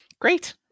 Great